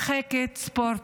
ספורט.